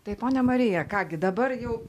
tai ponia marija ką gi dabar jau